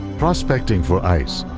prospecting for ice,